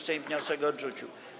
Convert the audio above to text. Sejm wniosek odrzucił.